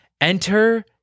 Enter